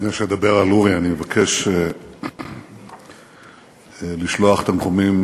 לפני שאדבר על אורי אני מבקש לשלוח תנחומים